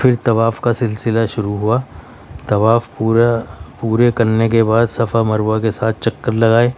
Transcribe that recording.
پھر طواف کا سلسلہ شروع ہوا طواف پورا پورے کرنے کے بعد صفا مروہ کے سات چکر لگائے